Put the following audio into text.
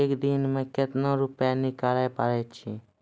एक दिन मे केतना रुपैया निकाले पारै छी?